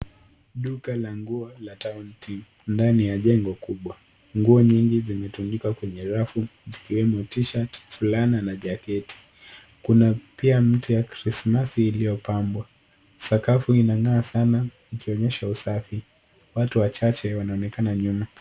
Duka la nguo la Town team ndani ya jengo kubwa. Nguo nyingi zimetundikwa kwenye rafu zikiwemo t-shirt , fulana na jaketi. Kuna pia mti ya krismasi iliyopambwa. Sakafu inang'aa sana ikionyesha usafi. Watu wachache wanaonekana nyuma.